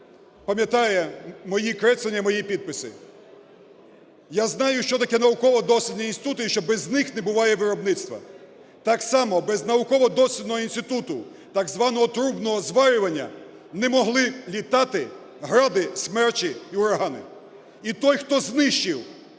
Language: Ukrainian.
пам'ятає мої креслення, мої підписи), я знаю, що таке науково-дослідні інститути і що без них не буває виробництва. Так само без Науково-дослідного інституту, так званого трубного зварювання, не могли літати "Гради", "Смерчі" і "Урагани". І той, хто знищив